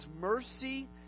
mercy